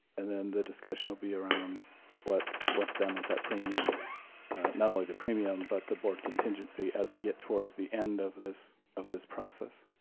and then the discussion will be around what's what's done with that premium not only the premium, but the board contingency as we get towards the end of this of this process.